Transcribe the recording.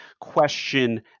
question